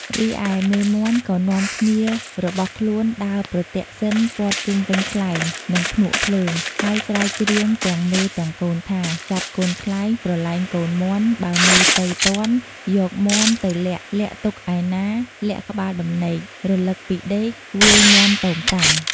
រីឯមេមាន់ក៏នាំគ្នារបស់ខ្លួនដើរប្រទក្សិណព័ទ្ធជុំវិញខ្លែង និងភ្នក់ភ្លើង ហើយស្រែកច្រៀងទាំងមេទាំងកូនថា«ចាប់កូនខ្លែងប្រឡែងកូនមាន់បើមេទៅទាន់ យកមាន់ទៅលាក់លាក់ទុកឯណា លាក់ក្បាលដំណេក រលឹកពីដេក វាយមាន់តូងតាង»។